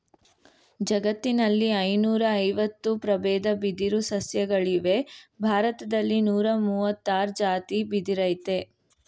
ಜಗತ್ತಿನಲ್ಲಿ ಐನೂರಐವತ್ತು ಪ್ರಬೇದ ಬಿದಿರು ಸಸ್ಯಗಳಿವೆ ಭಾರತ್ದಲ್ಲಿ ನೂರಮುವತ್ತಾರ್ ಜಾತಿ ಬಿದಿರಯ್ತೆ